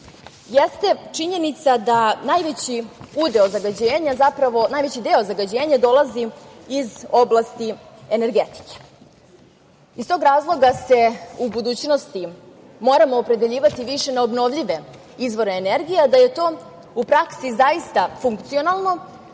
jeste činjenica da najveći deo zagađenja dolazi iz oblasti energetike. Iz tog razloga se u budućnosti moramo opredeljivati više na obnovljive izvore energije. Da je to u praksi zaista funkcionalno,